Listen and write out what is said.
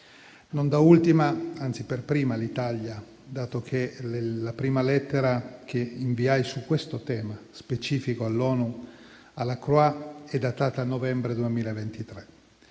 Non da ultima - anzi, per prima - l'Italia, dato che la prima lettera che inviai su questo tema specifico all'ONU, a Lacroix, è datata novembre 2023.